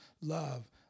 love